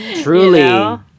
Truly